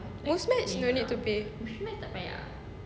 Muzmatch no need to pay